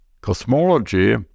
cosmology